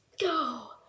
Go